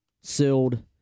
sealed